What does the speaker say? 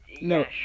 No